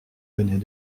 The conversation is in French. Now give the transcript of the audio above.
venait